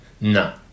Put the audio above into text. No